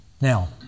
Now